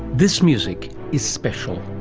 this music is special.